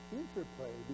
interplay